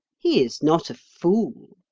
he is not a fool.